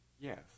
Yes